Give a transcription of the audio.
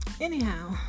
Anyhow